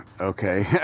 okay